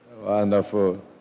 wonderful